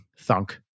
thunk